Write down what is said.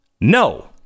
No